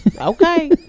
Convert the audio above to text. Okay